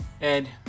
Ed